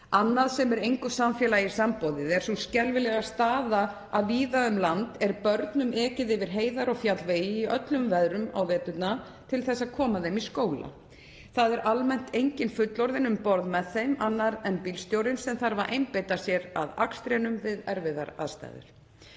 Annað sem er engu samfélagi samboðið er sú skelfilega staða að víða um land er börnum ekið yfir heiðar og fjallvegi í öllum veðrum á veturna til þess að koma þeim í skóla. Það er almennt enginn fullorðinn um borð með þeim annar en bílstjórinn sem þarf að einbeita sér að akstrinum við erfiðar aðstæður.